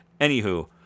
Anywho